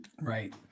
right